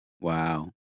Wow